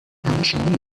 müssen